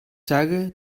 sage